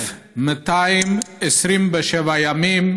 1,227 ימים.